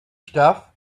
stuff